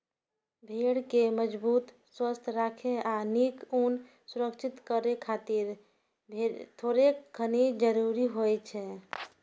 भेड़ कें मजबूत, स्वस्थ राखै आ नीक ऊन सुनिश्चित करै खातिर थोड़ेक खनिज जरूरी होइ छै